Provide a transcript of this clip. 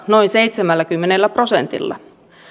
noin seitsemälläkymmenellä prosentilla